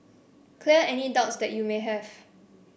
clear any doubts that you may have